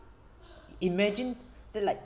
imagine the like